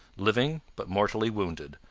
living but mortally wounded,